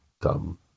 dumb